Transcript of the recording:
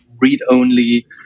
read-only